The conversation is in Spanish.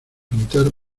pintar